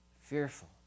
fearful